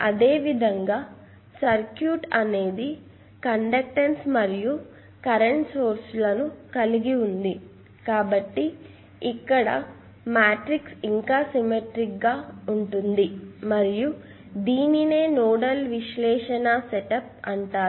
అదే విధంగా సర్క్యూట్ అనేది కండక్టెన్స్ మరియు కరెంట్ సోర్స్ ను కలిగి ఉంది కాబ్బటి ఇక్కడ మ్యాట్రిక్స్ ఇంకా సిమ్మెట్రీక్ గా ఉంటుంది మరియు దీనినే నోడల్ విశ్లేషణ సెటప్ అంటారు